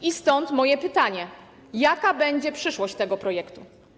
I stąd moje pytanie: Jaka będzie przyszłość tego projektu?